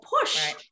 push